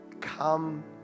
come